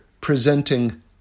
presenting